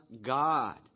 God